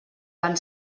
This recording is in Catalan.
van